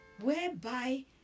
whereby